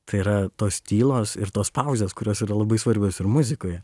tai yra tos tylos ir tos pauzės kurios yra labai svarbios ir muzikoje